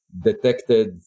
detected